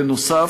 בנוסף,